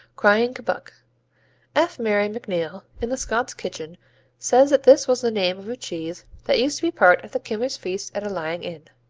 crying kebbuck f. marion macneill, in the scots kitchen says that this was the name of a cheese that used to be part of the kimmers feast at a lying-in.